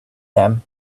them